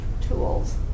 tools